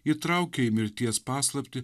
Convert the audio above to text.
įtraukia į mirties paslaptį